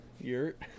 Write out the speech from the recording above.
yurt